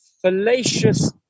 fallacious